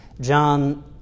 John